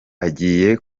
agiye